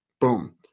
Boom